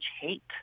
hate